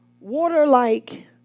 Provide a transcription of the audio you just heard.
water-like